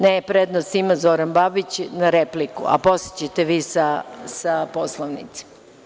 Ne, prednost ima Zoran Babić na repliku, a posle ćete vi sa poslovnicima.